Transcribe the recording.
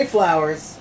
Flowers